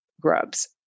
grubs